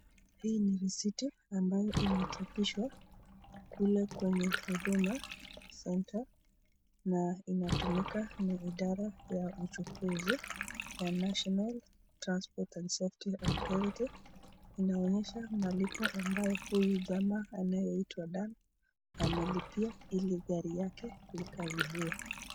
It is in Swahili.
Hii ni risiti ambayo imechapishwa kule kwenye huduma center na inatumika na idara ya uchukuzi ya National Transport and Safety Authority . Inaonyesha malipo ambayo huyu jamaa anayeitwa Dan amelipia ili gari yake likaguliwe.